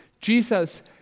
Jesus